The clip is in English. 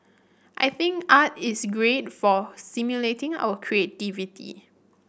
I think art is great for stimulating our creativity